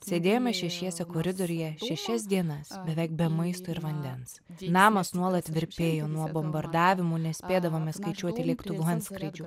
sėdėjome šešiese koridoriuje šešias dienas beveik be maisto ir vandens namas nuolat virpėjo nuo bombardavimų nespėdavome skaičiuoti lėktuvų antskrydžių